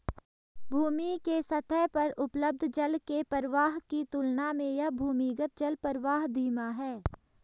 भूमि के सतह पर उपलब्ध जल के प्रवाह की तुलना में यह भूमिगत जलप्रवाह धीमा है